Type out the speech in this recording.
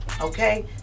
okay